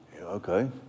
Okay